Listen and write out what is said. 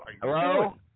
Hello